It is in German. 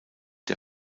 der